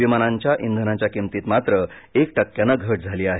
विमानांच्या इंधनाच्या किमतीत मात्र एक टक्क्यानं घट झाली आहे